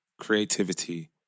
creativity